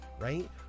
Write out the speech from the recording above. right